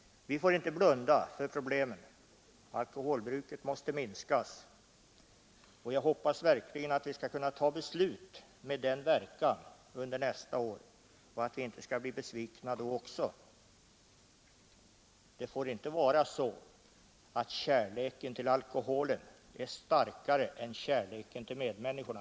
Vi får inte blunda för problemet. Alkoholbruket måste minskas. Därför hoppas jag verkligen att vi under nästa år skall kunna fatta beslut med sådan verkan att vi inte blir besvikna då också. Det får inte vara så att kärleken till alkoholen är starkare än kärleken till medmänniskorna.